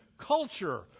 culture